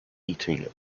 eating